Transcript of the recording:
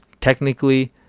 Technically